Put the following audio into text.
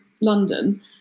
London